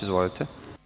Izvolite.